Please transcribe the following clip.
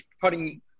putting